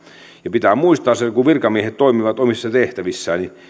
pitää muistaa se kun virkamiehet toimivat omissa tehtävissään että